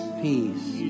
peace